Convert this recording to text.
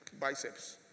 biceps